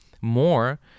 more